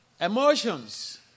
emotions